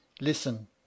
Listen